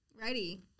Ready